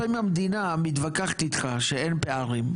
לפעמים המדינה מתווכחת איתך שאין פערים,